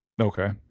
Okay